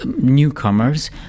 newcomers